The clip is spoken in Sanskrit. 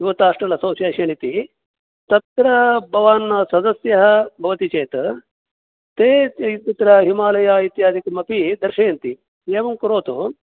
यूतास्टल् एसोसियेशन् इति तत्र भवान् सदस्यः भवति चेत् ते तत्र हिमालय इत्यादिकं अपि दर्शयन्ति एवं करोतु